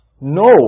No